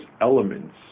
elements